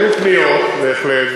היו פניות, בהחלט.